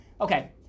Okay